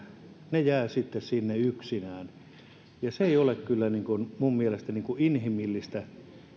ne jäävät sitten sinne yksinään ja se ei kyllä ole minun mielestäni inhimillistä